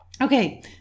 Okay